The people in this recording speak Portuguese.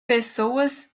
pessoas